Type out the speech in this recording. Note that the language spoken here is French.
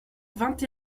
vingt